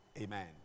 Amen